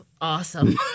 awesome